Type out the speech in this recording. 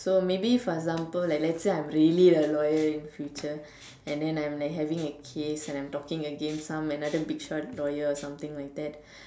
so maybe for example like let's say I'm really a lawyer in the future and then I'm like having a case and I'm talking against some another big shot lawyer or something like that